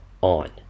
on